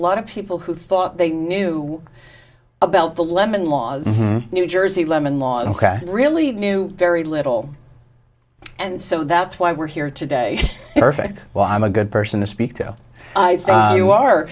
lot of people who thought they knew about the lemon laws new jersey lemon laws that really knew very little and so that's why we're here today perfect well i'm a good person to speak to you are